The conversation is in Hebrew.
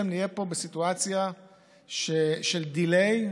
נהיה פה בסיטואציה של delay,